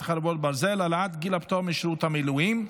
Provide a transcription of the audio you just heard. חרבות ברזל) (העלאת גיל הפטור משירות מילואים),